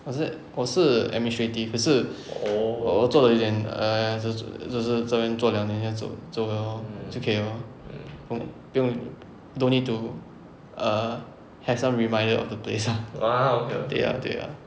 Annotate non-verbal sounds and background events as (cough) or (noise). what's that 我是 administrative 可是我做的有一点 err 就是就是这边做两点然后做做工 lor 就可以 lor 不不用 don't need to err have some reminder of the place ah (laughs) 对 ah 对 ah